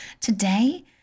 today